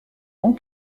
ans